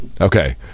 Okay